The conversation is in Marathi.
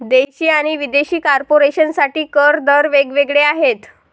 देशी आणि विदेशी कॉर्पोरेशन साठी कर दर वेग वेगळे आहेत